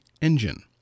engine